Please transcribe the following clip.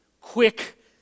quick